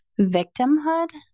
victimhood